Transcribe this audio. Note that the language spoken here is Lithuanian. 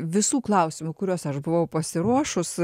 visų klausimų kuriuos aš buvau pasiruošus